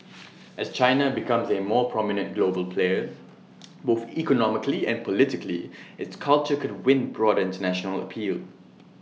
as China becomes A more prominent global player both economically and politically its culture could win broader International appeal